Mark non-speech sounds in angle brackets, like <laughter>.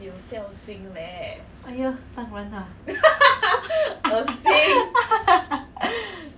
!aiya! 当然啦 <laughs>